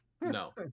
no